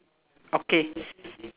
okay